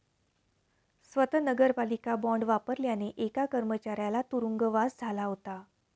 स्वत नगरपालिका बॉंड वापरल्याने एका कर्मचाऱ्याला तुरुंगवास झाला होता